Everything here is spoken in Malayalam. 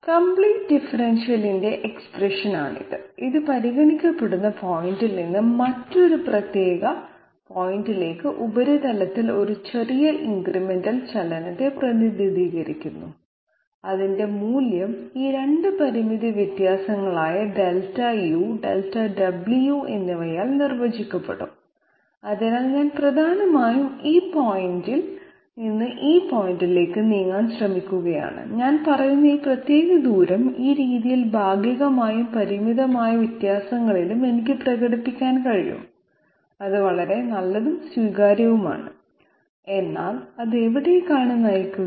കംപ്ലീറ്റ് ഡിഫറൻഷ്യലിന്റെ എക്സ്പ്രെഷൻ ആണിത് ഇത് പരിഗണിക്കപ്പെടുന്ന പോയിന്റിൽ നിന്ന് മറ്റൊരു പ്രത്യേക പോയിന്റിലേക്ക് ഉപരിതലത്തിൽ ഒരു ചെറിയ ഇൻക്രിമെന്റൽ ചലനത്തെ പ്രതിനിധീകരിക്കുന്നു അതിന്റെ മൂല്യം ഈ 2 പരിമിത വ്യത്യാസങ്ങളായ ഡെൽറ്റ u ഡെൽറ്റ w എന്നിവയാൽ നിർവചിക്കപ്പെടും അതിനാൽ ഞാൻ പ്രധാനമായും ഈ പോയിന്റിൽ നിന്ന് ഈ പോയിന്റിലേക്ക് നീങ്ങാൻ ശ്രമിക്കുന്നു ഞാൻ പറയുന്ന ഈ പ്രത്യേക ദൂരം ഈ രീതിയിൽ ഭാഗികമായും പരിമിതമായ വ്യത്യാസങ്ങളിലും എനിക്ക് പ്രകടിപ്പിക്കാൻ കഴിയും അത് വളരെ നല്ലതും സ്വീകാര്യവുമാണ് എന്നാൽ അത് എവിടേക്കാണ് നയിക്കുന്നത്